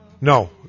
No